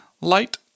light